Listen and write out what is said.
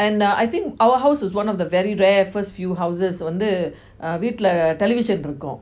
and uh I think our house is one of the very rare first few houses வந்து வீட்டுல:vanthu veetula television இருக்கும்:irukum